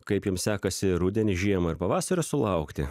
kaip jiems sekasi rudenį žiemą ir pavasario sulaukti